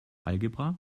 algebra